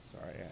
Sorry